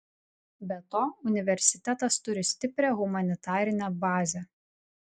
be to universitetas turi stiprią humanitarinę bazę